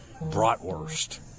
bratwurst